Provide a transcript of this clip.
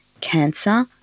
cancer